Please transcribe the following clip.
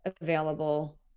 available